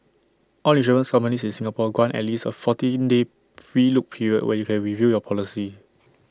all insurance companies in Singapore grant at least A fourteen day free look period where you can review your policy